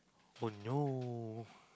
oh no